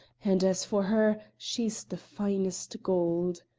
and as for her, she's the finest gold!